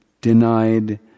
denied